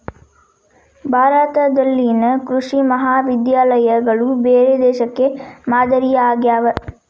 ಭಾರತದಲ್ಲಿನ ಕೃಷಿ ಮಹಾವಿದ್ಯಾಲಯಗಳು ಬೇರೆ ದೇಶಕ್ಕೆ ಮಾದರಿ ಆಗ್ಯಾವ